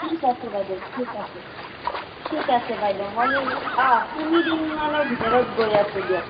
ঠিক আছে বাইদেউ ঠিক আছে ঠিক আছে বাইদেউ মই এই অঁ তিনিদিনমানৰ ভিতৰত গৈ আছোঁ দিয়ক